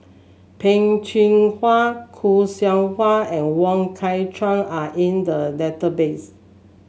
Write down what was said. Peh Chin Hua Khoo Seok Wan and Wong Kah Chun are in the database